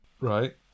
Right